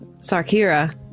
Sarkira